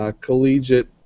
collegiate